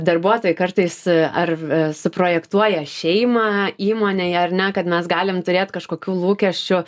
darbuotojai kartais ar suprojektuoja šeimą įmonei ar ne kad mes galim turėt kažkokių lūkesčių